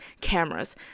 cameras